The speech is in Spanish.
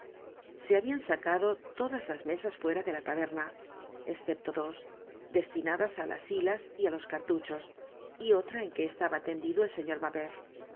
se habian sacado todas las mesas fuera de la taberna escepto dos destinadas á las hilas y á los cartuchos y otra en que estaba tendido el señor mabeuf